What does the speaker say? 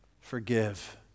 forgive